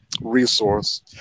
resource